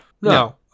no